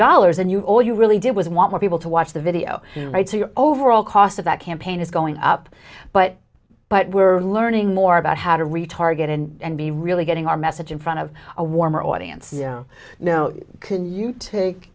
dollars and you all you really did with want more people to watch the video and right so you're overall cost of that campaign is going up but but we're learning more about how to retarget and be really getting our message in front of a warmer audience note can you take